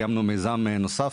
קיימנו מיזם נוסף,